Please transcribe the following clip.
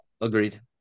agreed